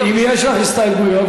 אם יש לך הסתייגויות,